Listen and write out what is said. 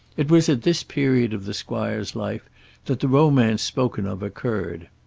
it was at this period of the squire's life that the romance spoken of occurred.